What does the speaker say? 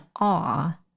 awe